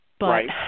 Right